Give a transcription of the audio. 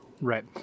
Right